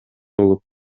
болуп